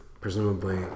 presumably